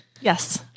Yes